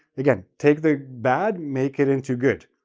again, take the bad, make it into good,